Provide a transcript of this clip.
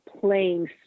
playing